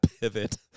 pivot